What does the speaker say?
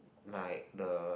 like the